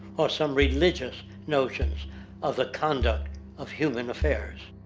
or some religion's notion of the conduct of human affairs.